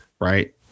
right